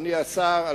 אדוני השר,